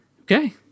okay